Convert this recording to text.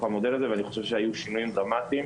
המודל הזה ואני חושב שהיו שינויים דרמטיים